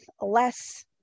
less